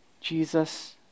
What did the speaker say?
Jesus